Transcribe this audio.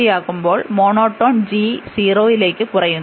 ആകുമ്പോൾ monotone g 0ലേക് കുറയുന്നു